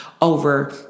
over